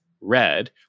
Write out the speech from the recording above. red